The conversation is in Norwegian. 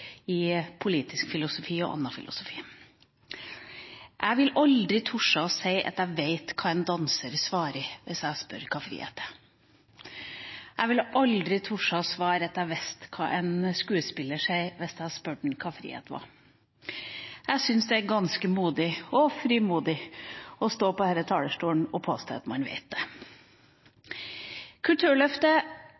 i politisk filosofi og i annen filosofi var. Jeg ville aldri tort å si at jeg vet hva en danser svarer hvis jeg spør hva frihet er. Jeg ville aldri tort å si at jeg vet hva en skuespiller ville svare hvis jeg hadde spurt ham om hva frihet var. Jeg syns det er ganske modig – og frimodig – å stå på denne talerstolen og påstå at man vet det.